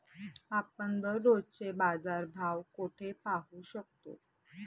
आपण दररोजचे बाजारभाव कोठे पाहू शकतो?